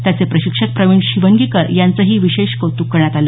त्याचे प्रशिक्षक प्रविण शिवनगीकर यांचंही विशेष कौतुक करण्यात आलं